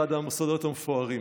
אחד המוסדות המפוארים: